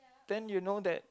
then you know that